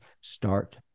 Start